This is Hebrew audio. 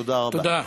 תודה רבה.